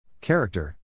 Character